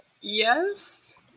Yes